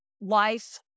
life